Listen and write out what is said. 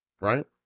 Right